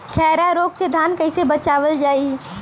खैरा रोग से धान कईसे बचावल जाई?